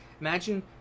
Imagine